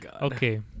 Okay